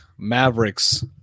Mavericks